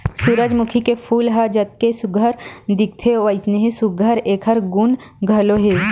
सूरजमूखी के फूल ह जतके सुग्घर दिखथे वइसने सुघ्घर एखर गुन घलो हे